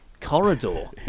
Corridor